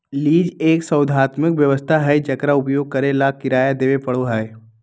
lease एक संविदात्मक व्यवस्था हई जेकरा उपयोग करे ला किराया देवे पड़ा हई